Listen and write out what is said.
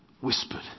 whispered